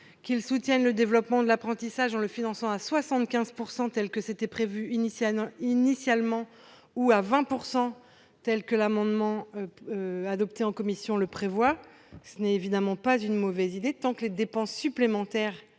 CNFPT soutienne le développement de l'apprentissage en le finançant à 75 %, tel que c'était prévu initialement, ou à 20 %, tel que l'amendement adopté en commission le prévoit, n'est pas une mauvaise idée, à condition que les dépenses supplémentaires